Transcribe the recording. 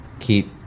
keep